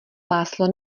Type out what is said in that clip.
máslo